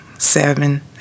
seven